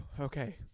Okay